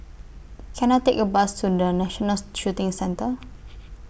Can I Take A Bus to The National Shooting Centre